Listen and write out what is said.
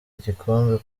igikombe